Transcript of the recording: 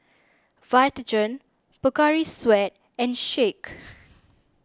Vitagen Pocari Sweat and Schick